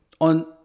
on